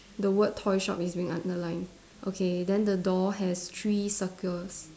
the word toy shop is being underlined okay then the door has three circles